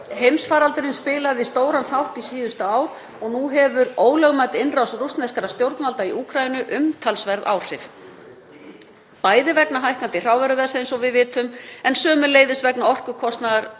heimsfaraldurinn spilaði þar stóran þátt síðustu ár og nú hefur ólögmæt innrás rússneskra stjórnvalda í Úkraínu umtalsverð áhrif, bæði vegna hækkandi hrávöruverðs eins og við vitum, en sömuleiðis vegna hærri orkukostnaðar